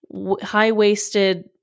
high-waisted